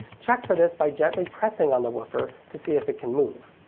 check for this by gently pressing on the woofer to see if it can move.